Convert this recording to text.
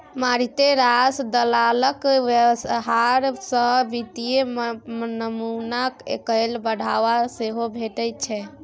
मारिते रास दलालक व्यवहार सँ वित्तीय नमूना कए बढ़ावा सेहो भेटै छै